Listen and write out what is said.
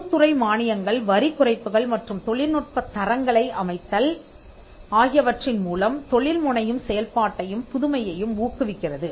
பொதுத்துறை மானியங்கள் வரி குறைப்புகள் மற்றும் தொழில்நுட்ப தரங்களை அமைத்தல் ஆகியவற்றின் மூலம் தொழில்முனையும் செயல்பாட்டையும் புதுமையையும் ஊக்குவிக்கிறது